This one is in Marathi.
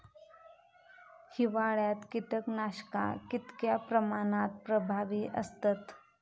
हिवाळ्यात कीटकनाशका कीतक्या प्रमाणात प्रभावी असतत?